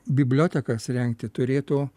bibliotekas rengti turėtų